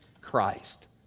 Christ